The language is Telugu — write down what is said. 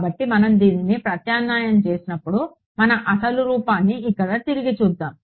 కాబట్టి మనం దీనిని ప్రత్యామ్నాయం చేసినప్పుడు మన అసలు రూపాన్ని ఇక్కడ తిరిగి చూద్దాం